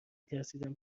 ترسیدم